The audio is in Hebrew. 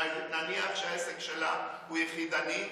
נניח שהעסק שלה הוא יחידני,